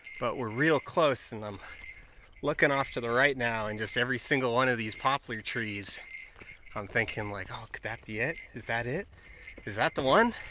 but we're real close and i'm looking off to the right now in just every single one of these poplar trees i'm thinking like oh could that be it is that it is that the one